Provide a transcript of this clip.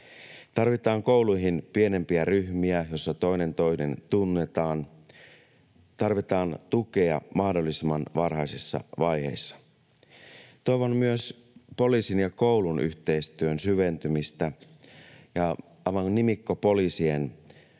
Tarvitaan kouluihin pienempiä ryhmiä, joissa toinen tunnetaan, tarvitaan tukea mahdollisimman varhaisessa vaiheessa. Toivon myös poliisin ja koulun yhteistyön syventymistä ja nimikkopoliisien